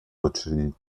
учредить